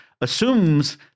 assumes